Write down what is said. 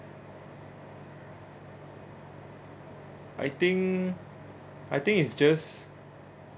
I think I think it's just